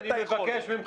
אני מבקש מכם